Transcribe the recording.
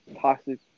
toxic